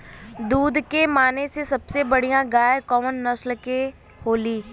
दुध के माने मे सबसे बढ़ियां गाय कवने नस्ल के होली?